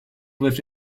with